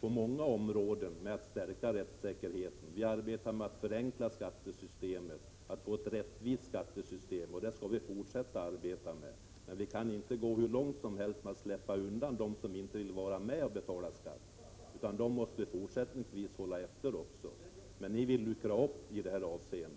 på många områden arbetar med att förstärka rättssäkerheten. Vi arbetar med att förenkla skattesystemet och att få till stånd ett rättvist skattesystem. Vi skall fortsätta att arbeta med detta, men vi kan inte gå hur långt som helst när det gäller att låta dem som inte vill betala sin skatt slippa undan. Vi måste också fortsättningsvis hålla efter dessa skattskyldiga, men ni vill luckra upp reglerna i detta avseende.